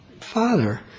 Father